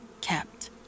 kept